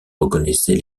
reconnaissait